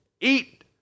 eat